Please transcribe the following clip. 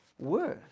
worse